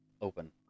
open